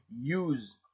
use